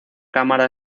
cámara